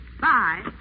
Bye